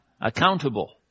accountable